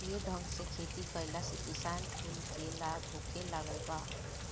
ये ढंग से खेती कइला से किसान कुल के लाभ होखे लागल बा